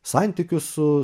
santykius su